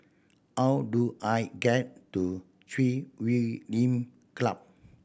how do I get to Chui Huay Lim Club